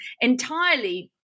entirely